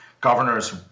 Governors